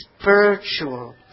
spiritual